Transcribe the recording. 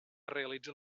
realitzen